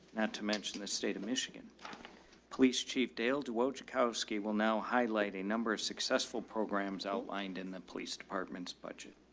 not to mention the state of michigan police. chief dale to whoa chucko ski will now highlight a number of successful programs outlined in the police department's budget.